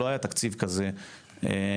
לא היה תקציב כזה מעולם,